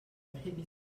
one